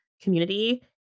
community